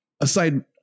aside